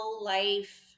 life